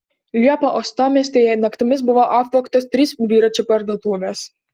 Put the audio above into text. liepą uostamiestyje naktimis buvo apvogtos trys dviračių parduotuvės